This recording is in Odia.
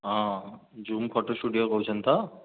ହଁ ଜୂମ୍ ଫଟୋ ଷ୍ଟୂଡ଼ିଓ କହୁଛନ୍ତି ତ